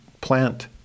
plant